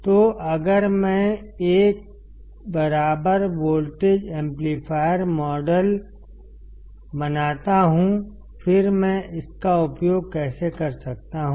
तो अगर मैं एक बराबर वोल्टेज एम्पलीफायर मॉडल बनाता हूं फिर मैं इसका उपयोग कैसे कर सकता हूं